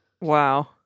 Wow